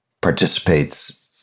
participates